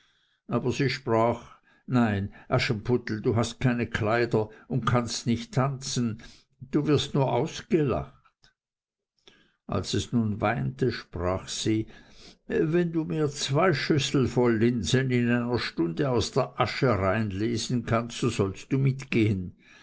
aber sie sprach nein aschenputtel du hast keine kleider und kannst nicht tanzen du wirst nur ausgelacht als es nun weinte sprach sie wenn du mir zwei schüsseln voll linsen in einer stunde aus der asche rein lesen kannst so sollst du mitgehen